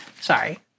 sorry